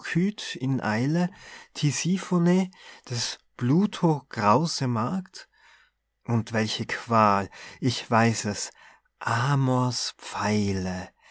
in eile tisiphone des pluto grause magd und welche qual ich weiß es amors pfeile